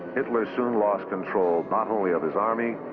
hitler soon lost control not only of his army,